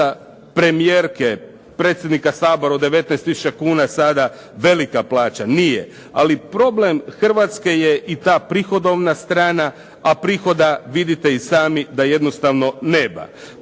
premijerke, predsjednika Sabora od 19 tisuća kuna sada velika plaća. Nije. Ali problem Hrvatske je i ta prihodovna strana, a prihoda vidite i sami da jednostavno nema.